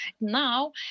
now